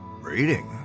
Reading